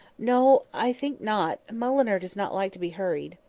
no i think not mulliner does not like to be hurried.